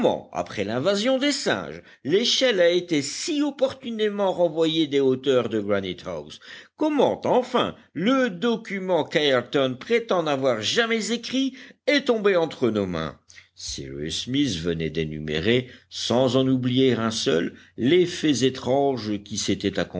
après l'invasion des singes l'échelle a été si opportunément renvoyée des hauteurs de granite house comment enfin le document qu'ayrton prétend n'avoir jamais écrit est tombé entre nos mains cyrus smith venait d'énumérer sans en oublier un seul les faits étranges qui s'étaient